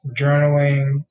journaling